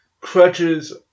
crutches